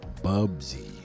Bubsy